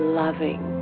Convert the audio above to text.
loving